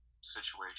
situation